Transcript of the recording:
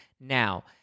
Now